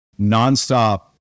nonstop